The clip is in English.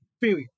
period